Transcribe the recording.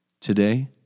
Today